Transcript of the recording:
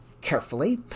carefully